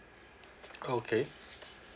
okay